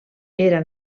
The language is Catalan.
era